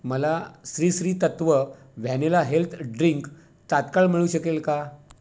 मला Sri Sri Tattva vanilla health drink तात्काळ मिळू शकेल का